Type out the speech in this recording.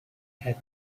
had